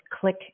click